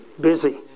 Busy